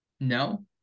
No